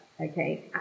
Okay